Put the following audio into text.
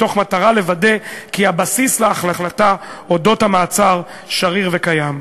מתוך מטרה לוודא כי הבסיס להחלטה על המעצר שריר וקיים.